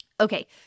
Okay